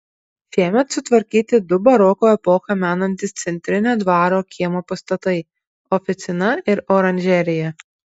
šiemet sutvarkyti du baroko epochą menantys centrinio dvaro kiemo pastatai oficina ir oranžerija